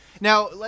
Now